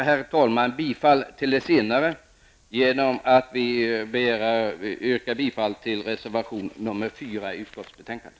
Jag yrkar bifall till det senare genom att yrka bifall till reservation nr 4 till utskottsbetänkandet.